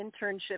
internship